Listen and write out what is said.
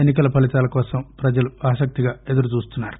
ఎన్ని కల ఫలితాల కోసం ప్రజలు ఆసక్తిగా ఎదురుచూస్తున్నారు